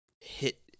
hit